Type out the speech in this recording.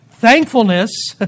Thankfulness